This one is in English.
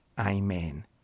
Amen